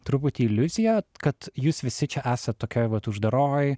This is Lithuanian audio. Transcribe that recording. truputį iliuziją kad jūs visi čia esat tokioj vat uždaroj